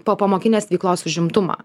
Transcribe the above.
popamokinės veiklos užimtumą